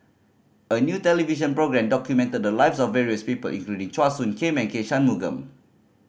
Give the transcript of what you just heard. a new television documented the lives of various people including Chua Soo Khim and K Shanmugam